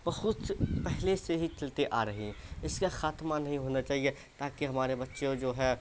بہت پہلے سے ہی چلتے آ رہی ہے اس کا خاتمہ نہیں ہونا چہیے تاکہ ہمارے بچے اور جو ہیں